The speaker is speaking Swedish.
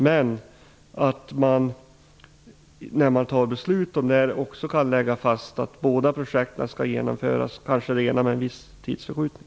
Men jag undrar om man, när man fattar beslut om detta, också kan lägga fast att båda projekten skall genomföras -- även om det ena kanske genomförs med en viss tidsförskjutning.